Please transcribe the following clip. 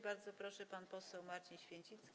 Bardzo proszę, pan poseł Marcin Święcicki.